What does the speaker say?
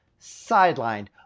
sidelined